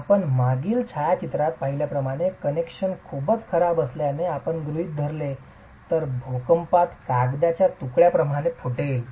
आपण मागील छायाचित्रात पाहिल्याप्रमाणे कनेक्शन खूपच खराब असल्याचे आपण गृहित धरले तर भूकंपात कागदाच्या तुकड्यांसारखे फुटले